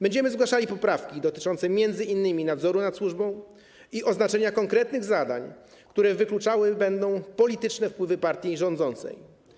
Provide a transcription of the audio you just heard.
Będziemy zgłaszali poprawki dotyczące m.in. nadzoru nad służbą i oznaczenia konkretnych zadań, które będą wykluczały polityczne wpływy partii rządzącej.